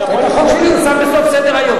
את החוק שלי הוא שם בסוף סדר-היום.